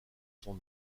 son